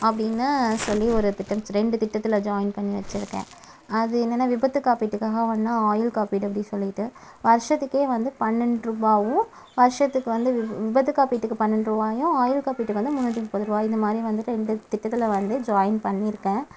அப்படின்னு சொல்லி ஒரு திட்டம்ஸ் ரெண்டு திட்டத்தில் ஜாயின் பண்ணி வச்சிருக்கேன் அது என்னென்னா விபத்து காப்பீட்டுக்காக ஒன்றும் ஆயுள் காப்பீடு அப்படி சொல்லிட்டு வருஷத்துக்கே வந்து பன்னெண்டு ருபாவும் வருஷத்துக்கு வந்து விபத்து காப்பீட்டுக்கு பன்னெண்டு ருபாயும் ஆயுள் காப்பீட்டுக்கு வந்து முன்னூற்றி முப்பதுரூபா இந்த மாதிரி வந்துட்டு இந்த திட்டத்தில் வந்து ஜாயின் பண்ணியிருக்கேன்